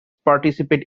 participate